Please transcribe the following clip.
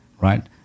right